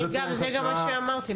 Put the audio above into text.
זה גם מה שאמרתי.